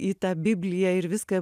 į tą bibliją ir viską